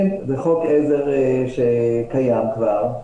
זה חוק עזר שקיים כבר,